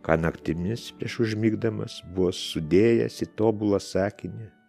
ką naktimis prieš užmigdamas buvo sudėjęs į tobulą sakinį